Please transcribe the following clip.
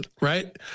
right